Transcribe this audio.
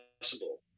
possible